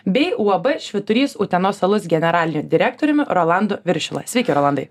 bei uab švyturys utenos alus generaliniu direktoriumi rolandu viršila sveiki rolandai